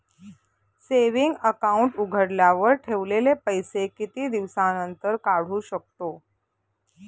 Saving account उघडल्यावर ठेवलेले पैसे किती दिवसानंतर काढू शकतो?